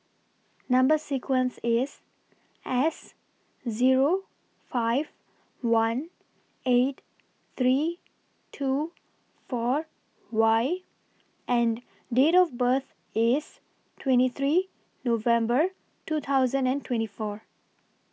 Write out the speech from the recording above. Number sequence IS S Zero five one eight three two four Y and Date of birth IS twenty three November two thousand and twenty four